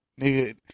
nigga